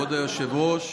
כבוד היושב-ראש,